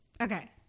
okay